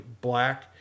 black